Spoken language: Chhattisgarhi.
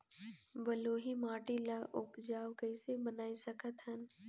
बलुही माटी ल उपजाऊ कइसे बनाय सकत हन?